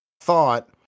thought